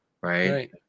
right